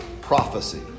prophecy